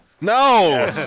no